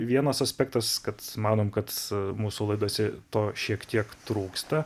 vienas aspektas kad manom kad mūsų laidose to šiek tiek trūksta